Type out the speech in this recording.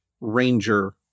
ranger